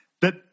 that